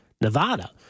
Nevada